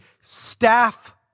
staff